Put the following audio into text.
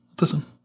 listen